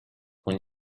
con